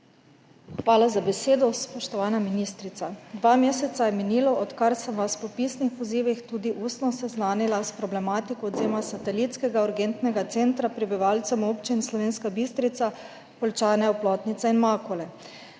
Hvala za besedo. Spoštovana ministrica! Dva meseca je minilo, odkar sem vas po pisnih pozivih, tudi ustno seznanila s problematiko odvzema satelitskega urgentnega centra prebivalcem občin Slovenska Bistrica, Poljčane, Oplotnica in Makole.